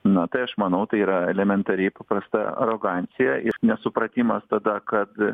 na tai aš manau tai yra elementariai paprasta arogancija ir nesupratimas tada kad